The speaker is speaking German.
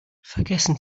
vergessen